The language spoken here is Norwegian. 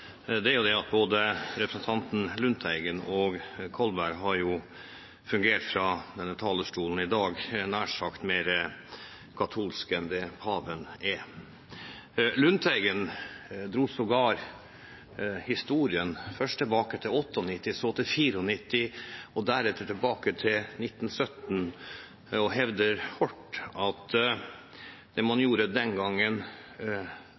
er at både representanten Lundteigen og representanten Kolberg fra denne talerstolen i dag har fungert – nær sagt – mer katolsk enn det paven er. Lundteigen dro sågar historien først tilbake til 1998, så til 1994 og deretter tilbake til 1917 og hevder hardt at det man gjorde den gangen,